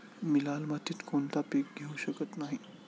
मी लाल मातीत कोणते पीक घेवू शकत नाही?